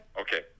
Okay